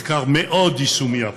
מחקר מאוד יישומי הפעם,